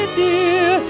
dear